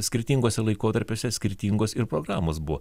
skirtinguose laikotarpiuose skirtingos ir programos buvo